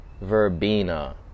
Verbena